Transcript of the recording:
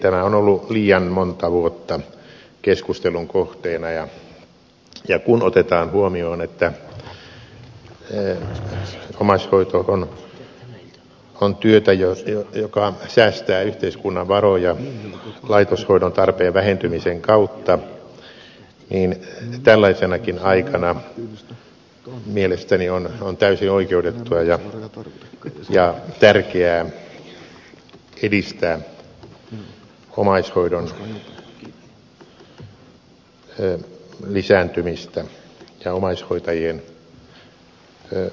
tämä on ollut liian monta vuotta keskustelun kohteena ja kun otetaan huomioon että omaishoito on työtä joka säästää yhteiskunnan varoja laitoshoidon tarpeen vähentymisen kautta niin tällaisenakin aikana mielestäni on täysin oikeutettua ja tärkeää edistää omaishoidon lisääntymistä ja omaishoitajien työtä